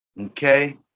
Okay